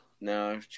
No